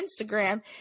Instagram